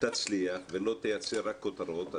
תצליח ולא תייצר רק כותרות,